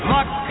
Luck